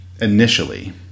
Initially